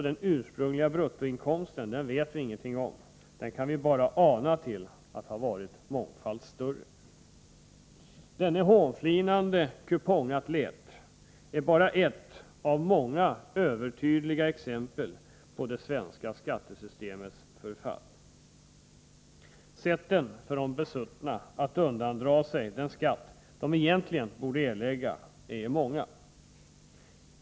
Den ursprungliga bruttoinkomsten vet vi inget om. Vi kan bara ana oss till att den har varit mångfalt större. Denne hånflinande kupongatlet är bara ett av många övertydliga exempel på det svenska skattesystemets förfall. Sätten för de besuttna att undandra sig den skatt de egentligen borde erlägga är många.